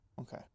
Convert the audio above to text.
Okay